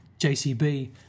JCB